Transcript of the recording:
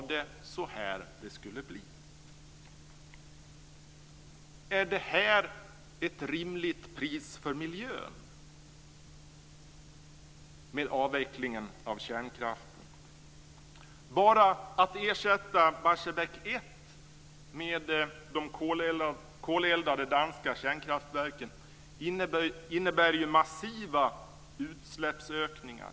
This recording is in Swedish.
Vad det så här det skulle bli? Bara att ersätta Barsebäck 1 med de koleldade danska kraftverken innebär ju massiva utsläppsökningar.